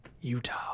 Utah